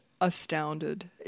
astounded